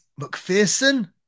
mcpherson